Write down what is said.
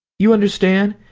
you understand?